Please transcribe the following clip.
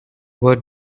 where